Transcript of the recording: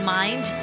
mind